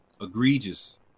egregious